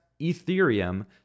ethereum